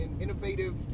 innovative